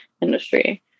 industry